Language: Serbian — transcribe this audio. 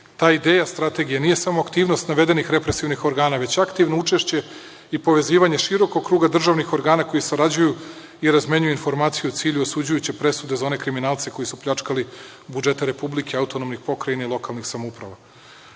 ta ideja strategije nije samo aktivnost navedenih represivnih organa, već aktivno učešće i povezivanje širokog kruga državnih organa koji sarađuju i razmenjuju informacije u cilju osuđujuće presude za one kriminalce koji su pljačkali budžete Republike, autonomnih pokrajina i lokalnih samouprava. Primena